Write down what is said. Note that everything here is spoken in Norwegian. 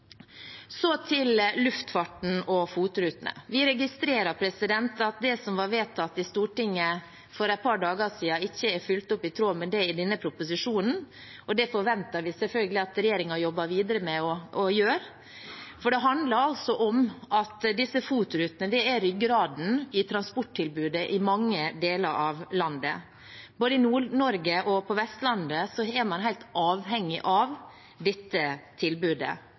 Så til luftfarten og FOT-rutene: Vi registrerer at det som ble vedtatt i Stortinget for et par dager siden, ikke er fulgt opp i denne proposisjonen, og det forventer vi selvfølgelig at regjeringen jobber videre med og gjør, for disse FOT-rutene er ryggraden i transporttilbudet i mange deler av landet. Både i Nord-Norge og på Vestlandet er man helt avhengig av dette tilbudet,